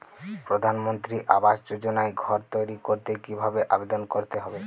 প্রধানমন্ত্রী আবাস যোজনায় ঘর তৈরি করতে কিভাবে আবেদন করতে হবে?